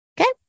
Okay